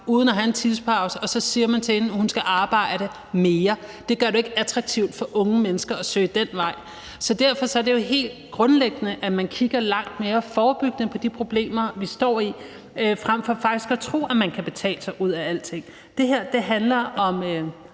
uden at have en tissepause, og så siger man til hende, at hun skal arbejde mere. Det gør det ikke attraktivt for unge mennesker at søge den vej. Derfor er det jo helt grundlæggende, at man kigger langt mere forebyggende på de problemer, vi står i, frem for faktisk at tro, at man kan betale sig fra alting. Det her handler om